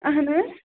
اَہَن حظ